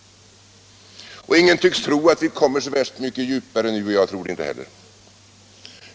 Och ingen tycks tro att vi nu kommer så värst mycket djupare. Jag tror det inte heller.